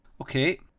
Okay